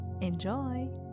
Enjoy